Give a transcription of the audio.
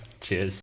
cheers